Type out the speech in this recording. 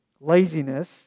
laziness